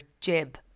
jib